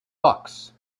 bucks